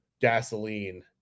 gasoline